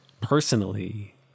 personally